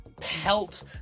pelt